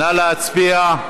נא להצביע.